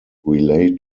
relate